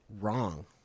wrong